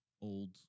old